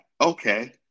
Okay